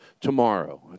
tomorrow